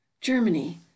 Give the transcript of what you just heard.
Germany